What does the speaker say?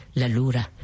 lalura